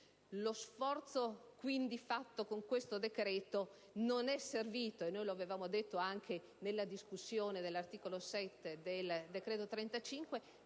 lo sforzo fatto con questo provvedimento non è servito - noi l'avevamo detto anche nella discussione dell'articolo 7 del decreto n.